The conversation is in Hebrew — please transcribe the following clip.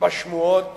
בשמועות